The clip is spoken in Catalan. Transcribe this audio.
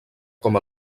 com